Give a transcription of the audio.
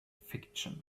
fiction